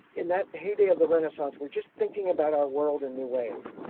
in that heyday of the renaissance, were just thinking about our world in new ways.